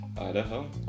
Idaho